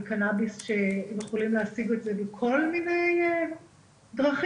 וקנאביס שהם יכולים להשיג אותו בכל מיני דרכים.